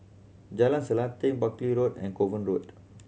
Jalan Selanting Buckley Road and Kovan Road